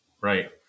Right